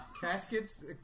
Caskets